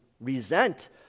resent